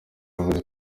yavuze